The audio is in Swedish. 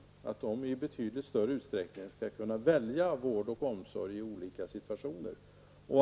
De gamla skall i betydligt större utsträckning kunna välja vård och omsorg i olika former.